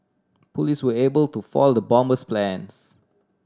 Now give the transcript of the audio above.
police were able to foil the bomber's plans